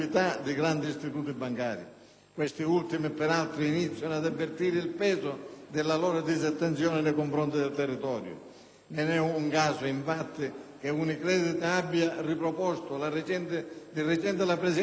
Questi ultimi, peraltro, iniziano ad avvertire il peso della loro disattenzione nei confronti del territorio. Non è un caso, infatti, che Unicredit abbia riproposto di recente la presenza del logo «Banco di Sicilia»